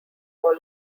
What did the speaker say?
all